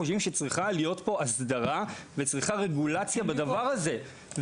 צריכה להיות פה הסדרה ורגולציה בדבר הזה.